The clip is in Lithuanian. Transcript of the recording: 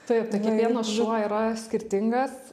taip tai kiekvienas šuo yra skirtingas